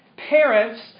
Parents